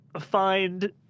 find